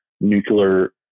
nuclear